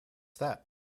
that